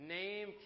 name